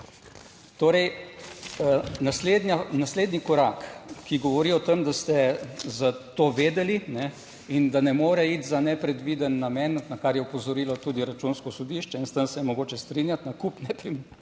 naslednja, naslednji korak, ki govori o tem, da ste za to vedeli in da ne more iti za nepredviden namen, na kar je opozorilo tudi Računsko sodišče in s tem se je mogoče strinjati, nakup nepremičnine,